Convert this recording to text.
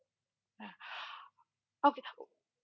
uh okay